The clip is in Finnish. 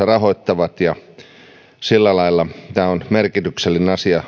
rahoittavat ja sillä lailla tämä on merkityksellinen asia